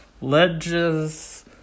Ledges